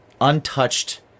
untouched